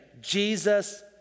Jesus